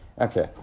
okay